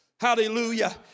Hallelujah